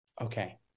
Okay